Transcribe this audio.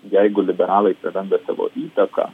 jeigu liberalai praranda savo įtaką